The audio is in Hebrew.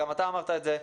גם אתה אמרת את זה,